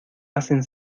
hacen